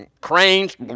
cranes